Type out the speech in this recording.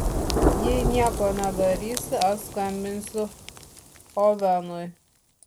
jei nieko nedarysi aš skambinsiu ovenui